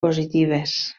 positives